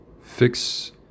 fix